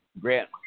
Grant